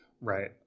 Right